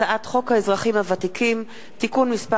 הצעת חוק האזרחים הוותיקים (תיקון מס'